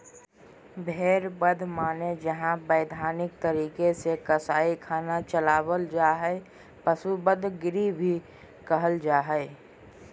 भेड़ बध माने जहां वैधानिक तरीका से कसाई खाना चलावल जा हई, पशु वध गृह भी कहल जा हई